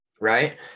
right